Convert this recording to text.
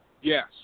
Yes